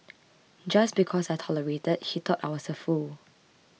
just because I tolerated he thought I was a fool